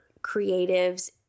creatives